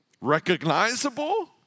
Recognizable